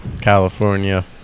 California